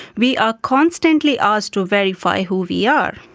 we are constantly asked to verify who we are.